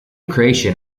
creation